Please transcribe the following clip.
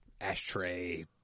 ashtray